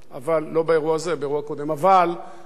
אבל לא זו הבעיה ולא זה הנושא.